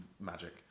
Magic